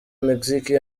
mexique